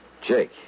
Jake